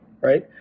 right